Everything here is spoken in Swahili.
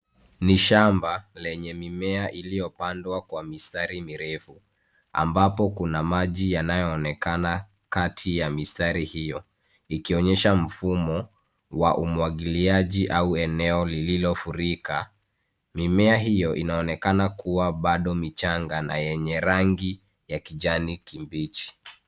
Ni shamba lenye mimea iliyo pandwa kwa mistari mirefu, ambapo kuna maji yanayoonekana kati ya mistari hiyo, ikionyesha mfumo wa umwagiliaji au eneo lililofurika. Mimea hiyo inaonekana kuwa bado michanga na yenye rangi ya kijani kibichi.